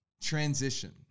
transition